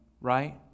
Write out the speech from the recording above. right